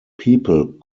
people